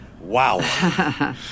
Wow